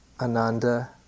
Ananda